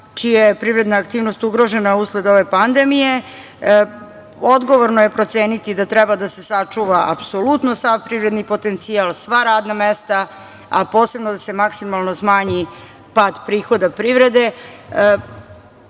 čija je privredna aktivnost ugrožena usled ove pandemije. Odgovorno je proceniti da treba da se sačuva apsolutno sav privredni potencijal, sva radna mesta, a posebno da se maksimalno smanji pad prihoda privrede. Mora